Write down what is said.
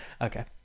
okay